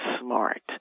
smart